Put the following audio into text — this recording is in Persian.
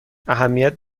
اهمیت